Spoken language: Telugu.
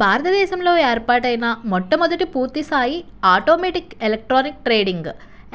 భారత దేశంలో ఏర్పాటైన మొట్టమొదటి పూర్తిస్థాయి ఆటోమేటిక్ ఎలక్ట్రానిక్ ట్రేడింగ్